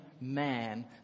man